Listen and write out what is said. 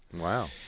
wow